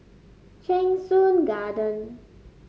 Cheng Soon Garden